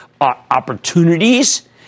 opportunities